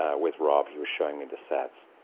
ah with rob. he was showing me the sets.